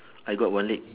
I got one leg